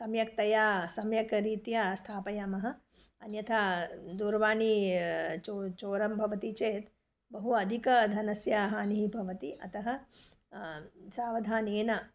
सम्यक्तया सम्यक् रीत्या स्थापयामः अन्यथा दूरवाणी चो चोरं भवति चेत् बहु अधिकधनस्य हानिः भवति अतः सावधानेन